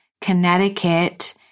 Connecticut